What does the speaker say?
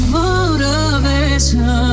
motivation